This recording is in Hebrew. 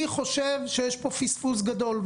אני חושב שיש פה פספוס גדול,